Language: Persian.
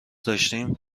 داشتیم